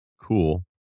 Cool